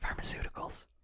pharmaceuticals